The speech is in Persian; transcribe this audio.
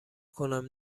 کنم